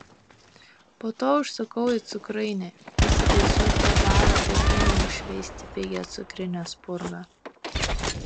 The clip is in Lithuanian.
po to užsukau į cukrainę įsitaisiau prie baro ir ėmiau šveisti pigią cukrinę spurgą